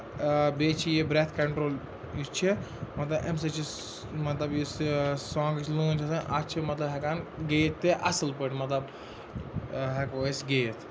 إں بیٚیہِ چھِ یہِ بریٚتھ کَنٹرول یُس چھُ مطلب اَمہِ سۭتۍ چھُ یُس یہِ سانگٕچ لٲن چھےٚ آسان اَتھ چھِ مطلب ہیٚکان گیوِتھ تہِ اَصٕل پٲٹھۍ تہِ مطلب ہیٚکو أسۍ گیوِتھ